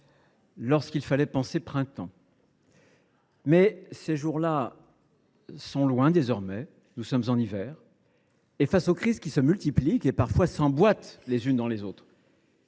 lorsqu’il fallait « penser printemps ». Mais ces jours là sont désormais lointains. Nous sommes en hiver. Et face aux crises qui se multiplient et, parfois, s’emboîtent les unes dans les autres,